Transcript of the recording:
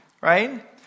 right